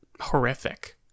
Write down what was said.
horrific